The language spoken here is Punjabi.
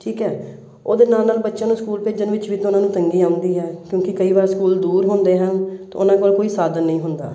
ਠੀਕ ਹੈ ਉਹਦੇ ਨਾਲ ਨਾਲ ਬੱਚਿਆਂ ਨੂੰ ਸਕੂਲ ਭੇਜਣ ਵਿੱਚ ਵੀ ਤਾਂ ਉਹਨਾਂ ਨੂੰ ਤੰਗੀ ਆਉਂਦੀ ਹੈ ਕਿਉਂਕਿ ਕਈ ਵਾਰ ਸਕੂਲ ਦੂਰ ਹੁੰਦੇ ਹਨ ਤਾਂ ਉਹਨਾਂ ਕੋਲ ਕੋਈ ਸਾਧਨ ਨਹੀਂ ਹੁੰਦਾ